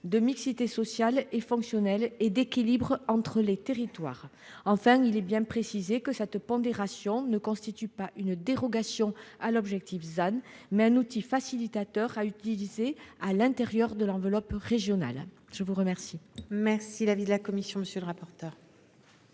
de mixité sociale et fonctionnelle, et d'équilibre entre les territoires. Il est bien précisé que cette pondération constitue non pas une dérogation à l'objectif ZAN, mais un outil facilitateur à utiliser à l'intérieur de l'enveloppe régionale. Quel est l'avis de la commission spéciale ?